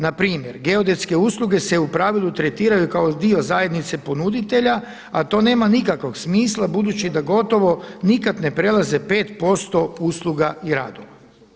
Na primjer, geodetske usluge se u pravilu tretiraju kao dio zajednice ponuditelja, a to nema nikakvog smisla budući da gotovo nikad ne prelaze 5% usluga i radova.